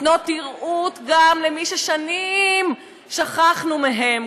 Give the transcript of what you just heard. נותנות נראות גם למי ששנים שכחנו מהם,